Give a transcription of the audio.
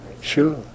Sure